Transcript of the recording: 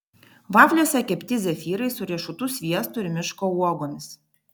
vafliuose kepti zefyrai su riešutų sviestu ir miško uogomis